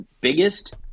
Biggest